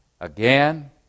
Again